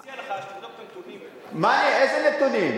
אני מציע לך שתבדוק את הנתונים, איזה נתונים?